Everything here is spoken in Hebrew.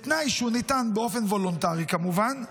בתנאי שהוא ניתן באופן וולונטרי כמובן,